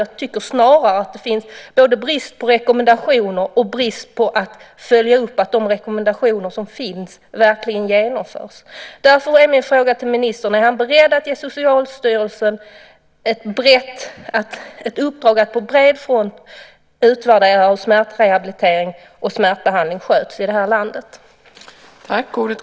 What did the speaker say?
Jag tycker snarare att det finns både brist på rekommendationer och brist på att följa upp att de rekommendationer som finns verkligen genomförs. Därför är min fråga till ministern: Är ministern beredd att ge Socialstyrelsen i uppdrag att på bred front utvärdera hur smärtrehabilitering och smärtbehandling sköts i det här landet?